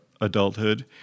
adulthood